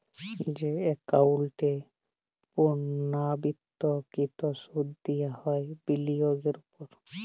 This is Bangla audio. যে একাউল্টে পুর্লাবৃত্ত কৃত সুদ দিয়া হ্যয় বিলিয়গের উপর